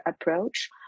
approach